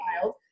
child